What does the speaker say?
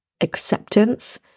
acceptance